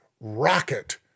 Rocket